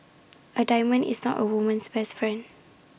A diamond is not A woman's best friend